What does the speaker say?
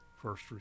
first